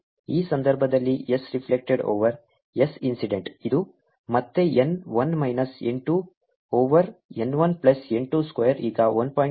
ಈ ಸಂದರ್ಭದಲ್ಲಿ S reflected over S incident ಇದು ಮತ್ತೆ n 1 minus n 2 over n 1 plus n 2 square ಈಗ 1